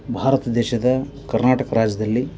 ಭಾರತ ದೇಶದ ಕರ್ನಾಟಕ ರಾಜ್ಯದಲ್ಲಿ